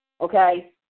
okay